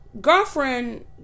girlfriend